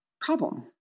problem